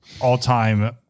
all-time